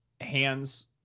hands